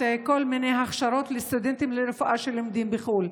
כל מיני הכשרות לסטודנטים לרפואה שלומדים בחו"ל.